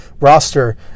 roster